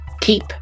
keep